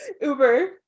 Uber